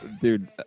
Dude